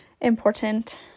important